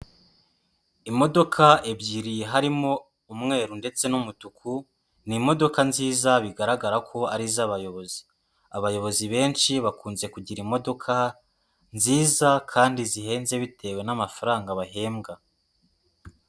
Imodoka ebyiri harimo umweru ndetse n'umutuku ni imodoka nziza bigaragara ko ari iz'abayobozi. Abayobozi benshi bakunze kugira imodoka nziza kandi zihenze bitewe n'amafaranga bahembwa.